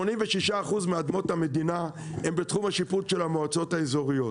86% מאדמות המדינה הן בתחום השיפוט של המועצות האזוריות.